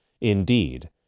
Indeed